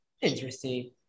Interesting